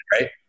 right